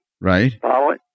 Right